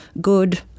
good